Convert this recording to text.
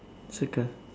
circle